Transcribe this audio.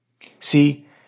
See